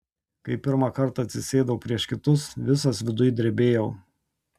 kai pirmą kartą atsisėdau prieš kitus visas viduj drebėjau